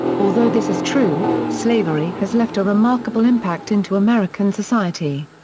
although this is true, slavery has left a remarkable impact into american society.